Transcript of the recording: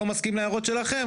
גם אני השתמשתי באותם הכלים.